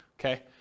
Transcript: okay